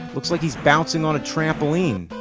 looks like he's bouncing on a trampoline.